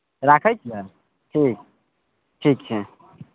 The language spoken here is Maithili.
राखै छियै ठीक ठीक छै